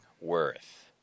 worth